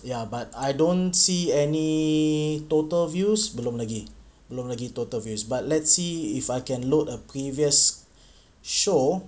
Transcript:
ya but I don't see any total views belum lagi belum lagi total views but let's see if I can load a previous show